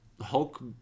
Hulk